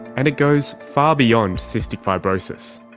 and it goes far beyond cystic fibrosis.